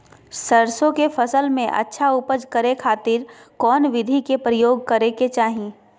सरसों के फसल में अच्छा उपज करे खातिर कौन विधि के प्रयोग करे के चाही?